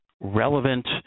relevant